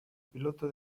piloto